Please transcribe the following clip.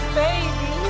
baby